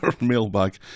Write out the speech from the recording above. Mailbag